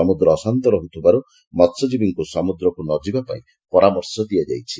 ସମୁଦ୍ର ଅଶାନ୍ତ ରହୁଥିବାରୁ ମହ୍ୟଜୀବୀମାନଙ୍କୁ ସମୁଦ୍ରକୁ ନ ଯିବାପାଇଁ ପରାମର୍ଶ ଦିଆଯାଇଛି